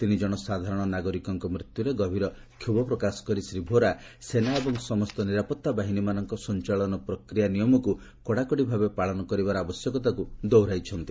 ତିନିଜଣ ସାଧାରଣ ନାଗରିକଙ୍କ ମୃତ୍ୟୁରେ ଗଭୀର କ୍ଷୋଭ ପ୍ରକାଶ କରି ଶ୍ରୀଭୋରା ସେନା ଏବଂ ସମସ୍ତ ନିରାପତ୍ତା ବାହିନୀ ମାନଙ୍କ ସଂଚାଳନା ପ୍ରକ୍ରିୟା ନିୟମକୁ କଡାକଡି ଭାବେ ପାଳନ କରିବାର ଆବଶ୍ୟକତାକୁ ଦୋହରାଇଛନ୍ତି